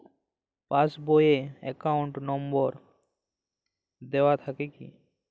Pass বই এ account number দেওয়া থাকে কি?